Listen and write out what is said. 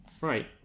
Right